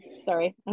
Sorry